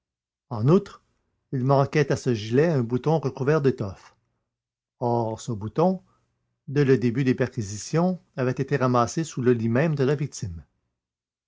en outre il manquait à ce gilet un bouton recouvert d'étoffe or ce bouton dès le début des perquisitions avait été ramassé sous le lit même de la victime